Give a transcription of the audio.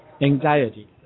anxiety